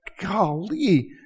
golly